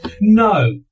No